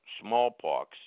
smallpox